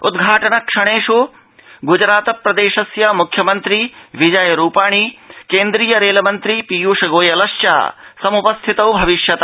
उद्घाटन क्षणे ग्जरातप्रदेशस्य मुख्यमन्त्री विजय रूपाणी केन्द्रीय रेलमन्त्री पीयूष गोयलश्च सम्पस्थितौ भविष्यतः